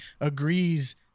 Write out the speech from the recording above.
agrees